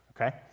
okay